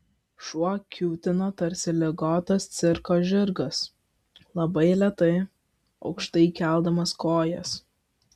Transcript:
šuo kiūtino tarsi ligotas cirko žirgas labai lėtai aukštai keldamas kojas